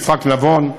יצחק נבון.